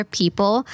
people